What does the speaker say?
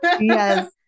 Yes